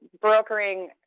brokering